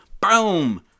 Boom